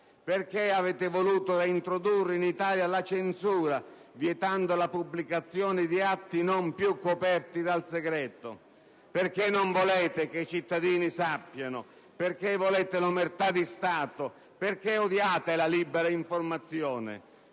Perché avete voluto reintrodurre in Italia la censura, vietando la pubblicazione di atti non più coperti dal segreto? Perché non volete che i cittadini sappiano? Perché volete l'omertà di Stato? Perché odiate la libera informazione?